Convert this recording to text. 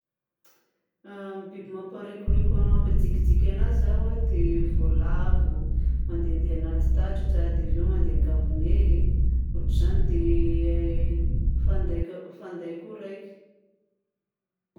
A ny biby mamparikoriko mampadikidiky anahy izao a dia voalavo. Mandehandeha any anaty tatatra dia avy eo mandeha any an-gabone e dia ohatran'izany; dia fandaika- fanday koa raika.